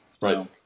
Right